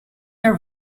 their